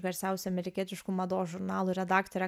garsiausių amerikietiškų mados žurnalų redaktorė